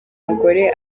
mugore